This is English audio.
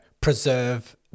preserve